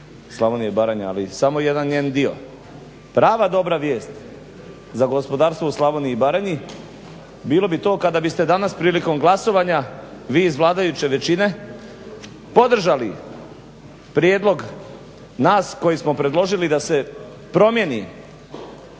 Slavonija i Baranja ali samo jedan njen dio. Prava dobra vijest za gospodarstvo u Slavoniji i Baranji bilo bi to kada biste danas prilikom glasovanja vi iz vladajuće većine podržali prijedlog nas koji smo predložili da se promijeni